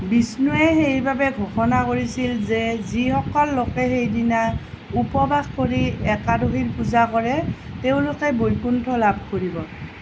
বিষ্ণুৱে সেইবাবে ঘোষণা কৰিছিল যে যিসকল লোকে সেইদিনা উপবাস কৰি একাদশীৰ পূজা কৰে তেওঁলোকে বৈকুণ্ঠ লাভ কৰিব